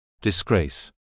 disgrace